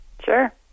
Sure